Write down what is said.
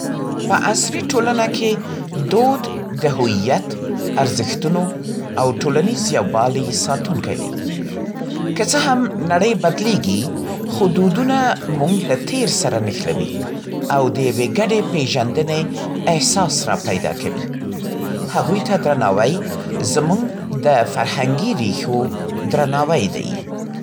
په عصري ټولنه کې دود د هویت، ارزښتونو او ټولنیز یووالي ساتونکی دی. که څه هم نړۍ بدلېږي، خو دودونه موږ له تېر سره نښلوي او د یوې ګډې پیژندنې احساس راپیدا کوي. هغوی ته درناوی زموږ د فرهنګي ریښو درناوی دی.